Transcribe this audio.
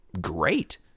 great